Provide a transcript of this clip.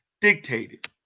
dictated